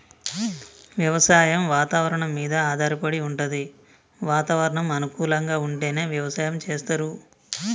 వ్యవసాయం వాతవరణం మీద ఆధారపడి వుంటది వాతావరణం అనుకూలంగా ఉంటేనే వ్యవసాయం చేస్తరు